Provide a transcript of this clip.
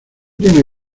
tiene